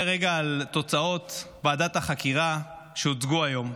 רגע על תוצאות ועדת החקירה שהוצגו היום.